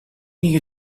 دیگه